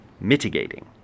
mitigating